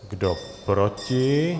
Kdo proti?